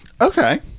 Okay